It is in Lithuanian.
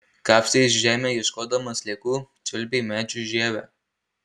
kapstė žemę ieškodama sliekų čiulpė medžių žievę